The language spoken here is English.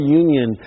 union